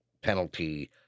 penalty